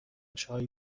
چای